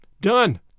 Done